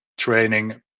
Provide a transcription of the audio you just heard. training